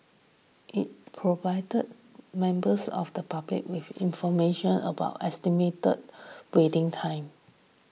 it provided members of the public with information about estimated waiting time